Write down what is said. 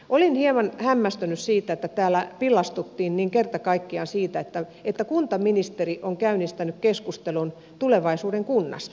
olin hieman hämmästynyt siitä että täällä pillastuttiin niin kerta kaikkiaan siitä että kuntaministeri on käynnistänyt keskustelun tulevaisuuden kunnasta